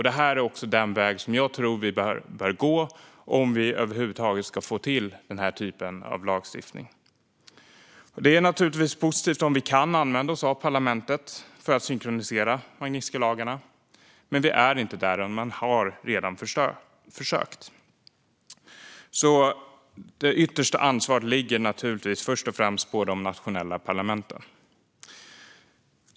Detta är också den väg som jag tror att vi bör gå om vi över huvud taget ska få till denna typ av lagstiftning. Det är naturligtvis positivt om vi kan använda oss av parlamentet för att synkronisera Magnitskijlagarna. Men vi är inte där än. Det har redan gjorts försök. Det yttersta ansvaret ligger därför naturligtvis först och främst på de nationella parlamenten.